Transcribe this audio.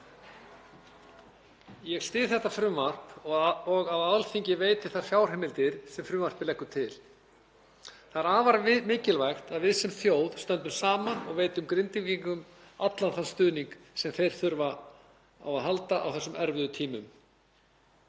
Ég styð þetta frumvarp og að Alþingi veiti þær fjárheimildir sem lagðar eru til með frumvarpinu. Það er afar mikilvægt að við sem þjóð stöndum saman og veitum Grindvíkingum allan þann stuðning sem þeir þurfa á að halda á þessum erfiðu tímum.